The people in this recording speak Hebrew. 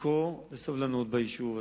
לקרוא לסובלנות ביישוב הזה,